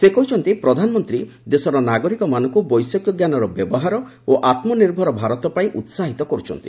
ସେ କହିଛନ୍ତି ପ୍ରଧାନମନ୍ତ୍ରୀ ଦେଶର ନାଗରିକମାନଙ୍କୁ ବୈଷୟିକଜ୍ଞାନର ବ୍ୟବହାର ଓ ଆତ୍ମ ନିର୍ଭର ଭାରତ ପାଇଁ ଉସାହିତ କରୁଛନ୍ତି